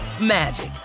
magic